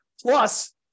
Plus